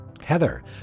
Heather